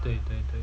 对对对